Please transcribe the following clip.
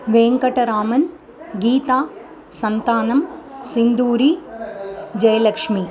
वेङ्कटरामन् गीता सन्तानः सिन्दूरिः जयलक्ष्मी